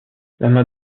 main